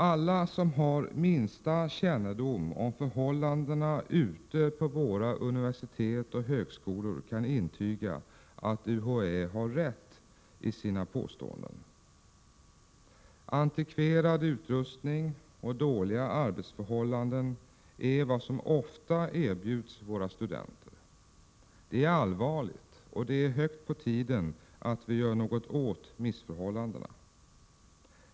Alla som har minsta kännedom om förhållandena ute på våra universitet och högskolor kan intyga att UHÄ har rätt i sina påståenden. Antikverad utrustning och dåliga arbetsförhållanden är vad som ofta erbjuds våra studenter. Det är allvarligt och det är hög tid att vi gör något åt missförhållandena.